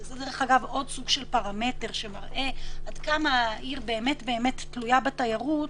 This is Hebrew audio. שזה דרך אגב עוד סוג של פרמטר שמראה עד כמה העיר באמת תלויה בתיירות,